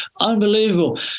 unbelievable